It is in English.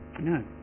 no